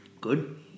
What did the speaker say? Good